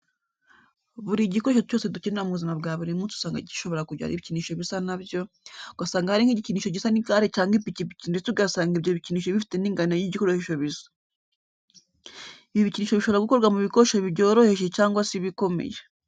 Buri gikoresho cyose dukenera mu buzima bwa buri munsi usanga bishobora kugira ibikinisho bisa na byo, ugasanga hari nk'igikinisho gisa n'igare cyangwa ipikipiki ndetse ugasanga ibyo bikinisho bifite n'ingano y'igikoresho bisa. Ibi bikinisho bishobora gukorwa mu bikoresho byoroheje cyangwa se bikomeye.